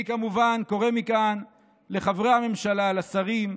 אני, כמובן, קורא מכאן לחברי הממשלה, לשרים,